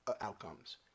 outcomes